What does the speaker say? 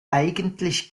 eigentlich